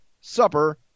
supper